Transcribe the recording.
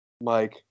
Mike